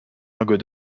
lingots